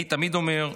אני תמיד אומר,